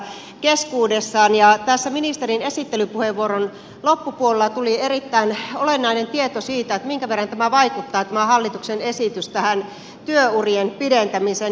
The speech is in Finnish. tässä ministerin esittelypuheenvuoron loppupuolella tuli erittäin olennainen tieto siitä minkä verran tämä hallituksen esitys vaikuttaa työurien pidentämiseen